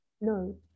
No